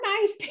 nice